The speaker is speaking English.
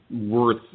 worth